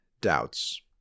Doubts